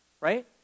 right